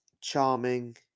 charming